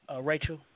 Rachel